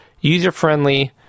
user-friendly